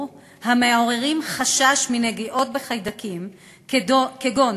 ומעוררים חשש של נגיעות בחיידקים כגון